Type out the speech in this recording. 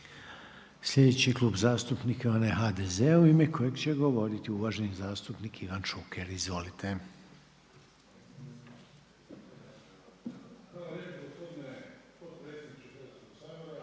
Sljedeći Klub zastupnika je onaj HDZ-a u ime kojeg će govoriti uvaženi zastupnik Ivan Šuker. Izvolite.